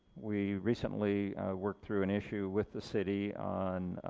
we recently worked through an issue with the city on